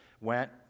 went